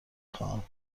خواهم